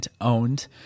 owned